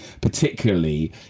particularly